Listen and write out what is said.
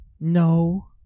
No